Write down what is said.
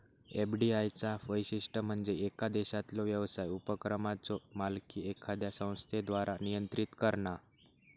FDI चा वैशिष्ट्य म्हणजे येका देशातलो व्यवसाय उपक्रमाचो मालकी एखाद्या संस्थेद्वारा नियंत्रित करणा